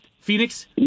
Phoenix